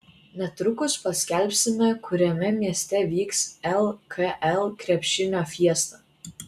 netrukus paskelbsime kuriame mieste vyks lkl krepšinio fiesta